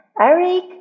Eric